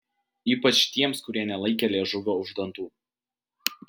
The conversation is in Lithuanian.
ypač tiems kur nelaikė liežuvio už dantų